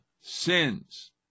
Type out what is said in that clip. sins